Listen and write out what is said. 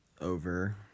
over